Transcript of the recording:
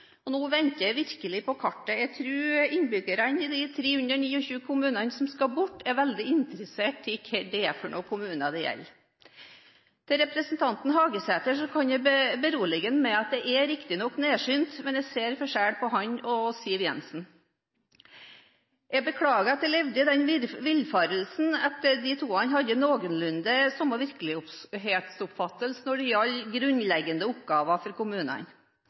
venter jeg virkelig på kartet. Jeg tror innbyggerne i de 329 kommunene som skal bort, er veldig interessert i hvilke kommuner det gjelder. Til representanten Hagesæter: Jeg kan berolige ham med at riktignok er jeg nærsynt, men jeg ser forskjell på ham og Siv Jensen. Jeg beklager at jeg levde i den villfarelse at de to hadde noenlunde samme virkelighetsoppfattelse når det gjelder kommunenes grunnleggende oppgaver.